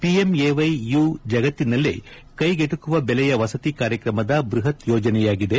ಪಿಎಂಎವ್ಲೆ ಯು ಜಗತ್ತಿನಲ್ಲೇ ಕ್ಲೆಗೆಟುಕುವ ಬೆಲೆಯ ವಸತಿ ಕಾರ್ಯಕ್ರಮದ ಬೃಹತ್ ಯೋಜನೆಯಾಗಿದೆ